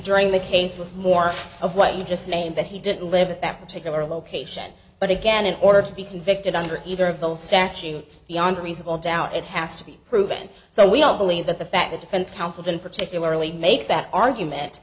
during the case was more of what you just named that he didn't live at that particular location but again in order to be convicted under either of those statutes beyond reasonable doubt it has to be proven so we don't believe that the fact that defense counsel then particularly make that argument